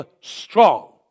strong